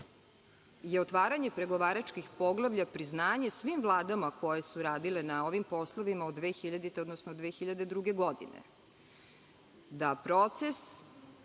je otvaranje pregovaračkih poglavlja priznanje svim vladama koje su radile na ovim poslovima od 2000. godine, odnosno od 2002. godine, da proces